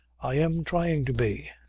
i am trying to be.